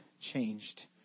changed